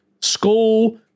school